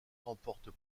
remporte